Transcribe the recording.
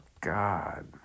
God